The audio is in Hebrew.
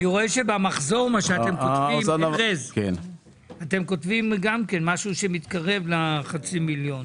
אני רואה שבמחזור אתם כותבים משהו שמתקרב לחצי מיליון.